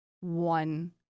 one